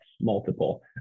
multiple